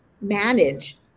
manage